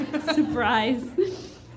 Surprise